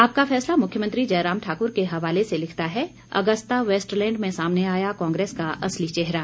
आपका फैसला मुख्यमंत्री जयराम ठाकुर के हवाले से लिखता है अगस्ता वेस्टलैंड में सामने आया कांग्रेस का असली चेहरा